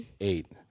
Eight